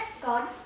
God